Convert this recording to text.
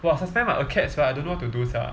!wah! suspend my acads right I don't know what to do sia